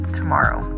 tomorrow